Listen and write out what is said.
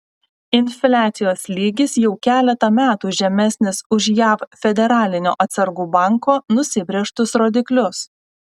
infliacijos lygis jau keletą metų žemesnis už jav federalinio atsargų banko nusibrėžtus rodiklius